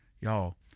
Y'all